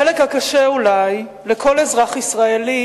החלק הקשה אולי לכל אזרח ישראלי